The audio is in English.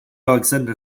aleksandr